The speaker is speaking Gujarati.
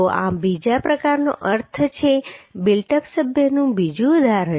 તો આ બીજા પ્રકારનો અર્થ છે બિલ્ટ અપ સભ્યનું બીજું ઉદાહરણ